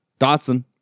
Dotson